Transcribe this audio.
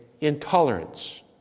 intolerance